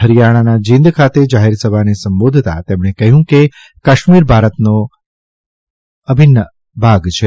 હરિયાણાના જીન્ડ ખાતે જાહેરસભાને સંબોધતાં તેમણે કહ્યું કે કાશ્મીર ભારતનો અંતરંગ ભાગ છે